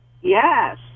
Yes